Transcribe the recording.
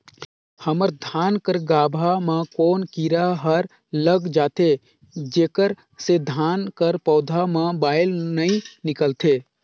हमर धान कर गाभा म कौन कीरा हर लग जाथे जेकर से धान कर पौधा म बाएल नइ निकलथे?